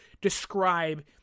describe